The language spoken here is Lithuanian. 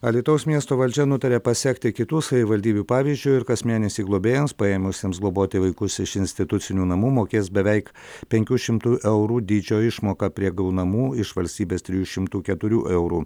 alytaus miesto valdžia nutarė pasekti kitų savivaldybių pavyzdžiu ir kas mėnesį globėjams paėmusiems globoti vaikus iš institucinių namų mokės beveik penkių šimtų eurų dydžio išmoką prie gaunamų iš valstybės trijų šimtų keturių eurų